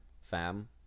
fam